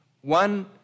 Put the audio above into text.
one